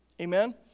Amen